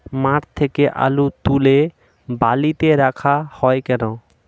মাঠ থেকে আলু তুলে বালিতে রাখা হয় কেন?